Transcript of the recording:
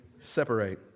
separate